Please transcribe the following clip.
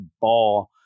ball